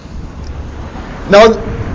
Now